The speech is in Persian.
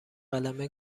قلمه